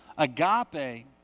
Agape